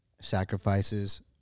sacrifices